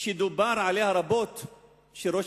של ראש